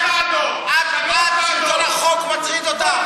את, שלטון החוק מטריד אותך?